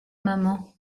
maman